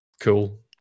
Cool